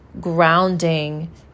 grounding